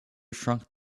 shrunk